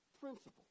Principle